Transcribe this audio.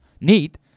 Neat